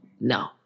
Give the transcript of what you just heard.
no